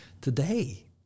today